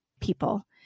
people